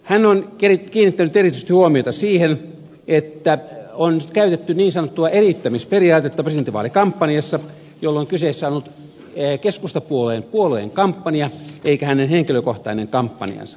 hän on kiinnittänyt erityisesti huomiota siihen että on käytetty niin sanottua eriyttämisperiaatetta presidentinvaalikampanjassa jolloin kyseessä on ollut keskustapuolueen kampanja eikä hänen henkilökohtainen kampanjansa